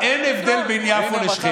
אני בזה בדיוק כמוך, אין הבדל בין יפו לשכם.